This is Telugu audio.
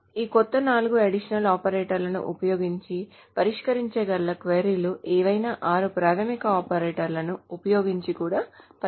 కాబట్టి ఈ కొత్త నాలుగు అడిషనల్ ఆపరేటర్లను ఉపయోగించి పరిష్కరించగల క్వరీలు ఏవైనా ఆరు ప్రాథమిక ఆపరేటర్లను ఉపయోగించి కూడా పరిష్కరించవచ్చు